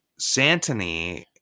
Santony